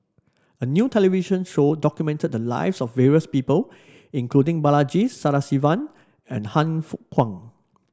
a new television show documented the lives of various people including Balaji Sadasivan and Han Fook Kwang